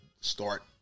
start